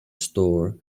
store